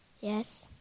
Yes